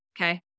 okay